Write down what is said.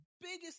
biggest